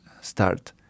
start